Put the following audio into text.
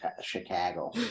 Chicago